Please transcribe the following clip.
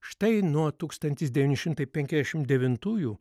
štai nuo tūkstantis devyni šimtai penkiasdešim devintųjų